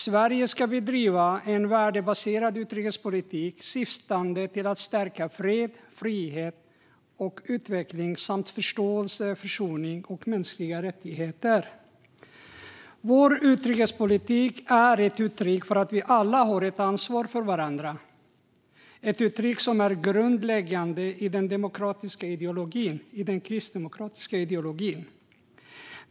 Sverige ska bedriva en värdebaserad utrikespolitik syftande till att stärka fred, frihet och utveckling samt förståelse, försoning och mänskliga rättigheter. Vår utrikespolitik är ett uttryck för att vi alla har ett ansvar för varandra, ett uttryck som är grundläggande i den kristdemokratiska ideologin.